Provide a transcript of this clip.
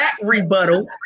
rebuttal